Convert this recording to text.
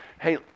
hey